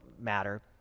matter